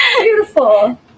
Beautiful